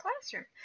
classroom